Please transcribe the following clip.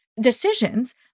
decisions